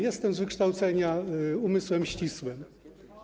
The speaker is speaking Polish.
Jestem z wykształcenia umysłem ścisłym.